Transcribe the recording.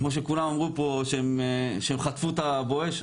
כמו שכולם אמרו פה שהם חטפו את ה"בואש",